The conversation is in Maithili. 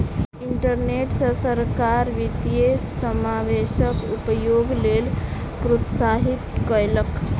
इंटरनेट सॅ सरकार वित्तीय समावेशक उपयोगक लेल प्रोत्साहित कयलक